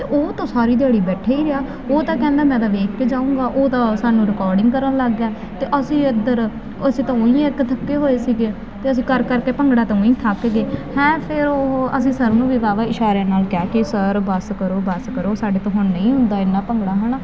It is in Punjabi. ਅਤੇ ਉਹ ਤਾਂ ਸਾਰੀ ਦਿਹਾੜੀ ਬੈਠੇ ਹੀ ਰਿਹਾ ਉਹ ਤਾਂ ਕਹਿੰਦਾ ਮੈਂ ਤਾਂ ਵੇਖ ਕੇ ਜਾਊਂਗਾ ਉਹ ਤਾਂ ਸਾਨੂੰ ਰਿਕਾਰਡਿੰਗ ਕਰਨ ਲੱਗ ਗਿਆ ਅਤੇ ਅਸੀਂ ਇੱਧਰ ਅਸੀਂ ਤਾਂ ਉਈਂ ਇੱਕ ਥੱਕੇ ਹੋਏ ਸੀਗੇ ਅਤੇ ਅਸੀਂ ਕਰ ਕਰ ਕੇ ਭੰਗੜਾ ਤਾਂ ਉਈਂ ਥੱਕ ਗਏ ਹੈਂ ਫਿਰ ਉਹ ਅਸੀਂ ਸਰ ਨੂੰ ਵੀ ਬਾਵਾ ਇਸ਼ਾਰਿਆਂ ਨਾਲ ਕਹਿ ਕੇ ਸਰ ਬਸ ਕਰੋ ਬਸ ਕਰੋ ਸਾਡੇ ਤੋਂ ਹੁਣ ਨਹੀਂ ਹੁੰਦਾ ਇੰਨਾ ਭੰਗੜਾ ਹੈ ਨਾ